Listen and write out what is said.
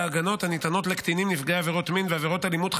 עופר כסיף ויבגני סובה בנושא: פג תוקף המענקים למפונים ולעובדים שנשארו